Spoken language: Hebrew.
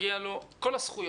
מגיע לו כל הזכויות.